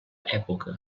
època